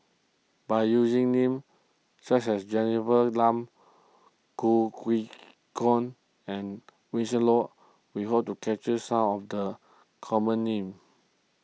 by using names such as Jennifer Khoo and Winston we hope to capture some of the common names